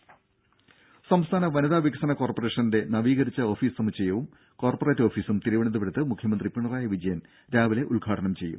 രമേ സംസ്ഥാന വനിതാ വികസന കോർപ്പറേഷന്റെ നവീകരിച്ച ഓഫീസ് സമുച്ചയവും കോർപ്പറേറ്റ് ഓഫീസും തിരുവനന്തപുരത്ത് മുഖ്യമന്ത്രി പിണറായി വിജയൻ രാവിലെ ഉദ്ഘാടനം ചെയ്യും